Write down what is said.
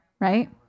right